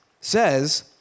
says